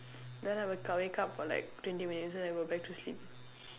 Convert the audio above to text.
then I wake up I wake up for like twenty minutes then I go back to sleep